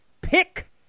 pick